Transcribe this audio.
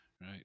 Right